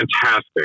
fantastic